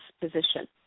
position